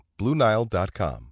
BlueNile.com